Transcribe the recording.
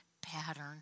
pattern